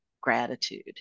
gratitude